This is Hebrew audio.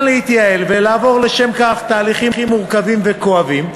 להתייעל ולעבור לשם כך תהליכים מורכבים וכואבים,